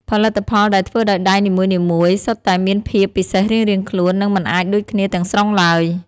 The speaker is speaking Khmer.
ផលិតផលដែលធ្វើដោយដៃនីមួយៗសុទ្ធតែមានភាពពិសេសរៀងៗខ្លួន និងមិនអាចដូចគ្នាទាំងស្រុងឡើយ។